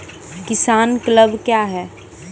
किसान क्लब क्या हैं?